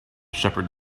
shepherd